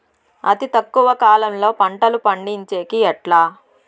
అతి తక్కువ కాలంలో పంటలు పండించేకి ఎట్లా?